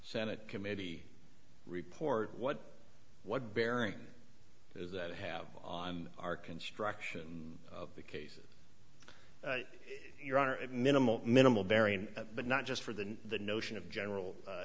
senate committee report what what bearing does that have on our construction of the cases your honor at minimal minimal varying but not just for the the notion of general